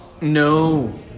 no